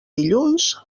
dilluns